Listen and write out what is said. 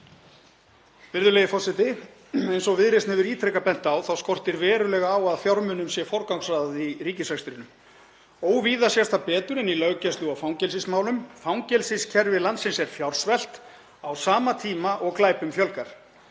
Virðulegi forseti. Eins og Viðreisn hefur ítrekað bent á þá skortir verulega á að fjármunum sé forgangsraðað í ríkisrekstrinum. Óvíða sést það betur en í löggæslu- og fangelsismálum, fangelsiskerfi landsins er fjársvelt á sama tíma og glæpum fjölgar.